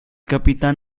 capitán